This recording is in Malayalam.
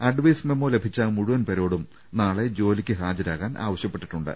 അഡ്രൈസ് മെമ്മോ ലഭിച്ച മുഴുവൻ പേരോടും നാളെ ജോലിക്ക് ഹാജരാകാൻ ആവശ്യപ്പെട്ടിട്ടുണ്ട്